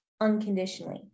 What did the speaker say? unconditionally